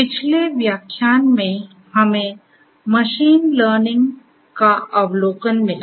पिछले व्याख्यान में हमें मशीन लर्निंग का अवलोकन मिला